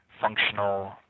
functional